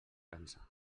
cansa